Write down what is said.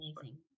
amazing